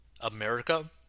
America